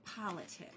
politics